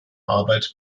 arbeit